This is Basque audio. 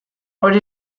hori